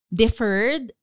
deferred